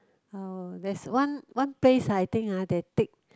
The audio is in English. uh there's one one place ah I think ah they take